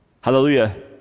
Hallelujah